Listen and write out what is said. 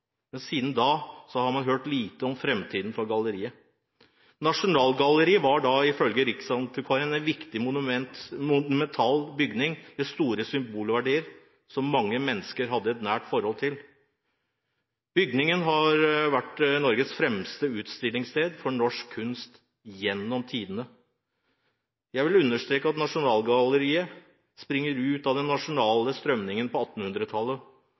Siden har man hørt lite om framtiden til galleriet. Nasjonalgalleriet er ifølge Riksantikvaren en viktig monumental bygning med stor symbolverdi, og som mange mennesker har et nært forhold til. Bygningen har vært Norges fremste utstillingssted for norsk kunst gjennom tidene. Jeg vil understreke at Nasjonalgalleriet springer ut av de nasjonale strømningene på